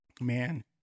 man